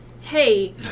hey